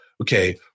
okay